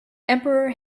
emperor